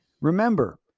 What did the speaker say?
Remember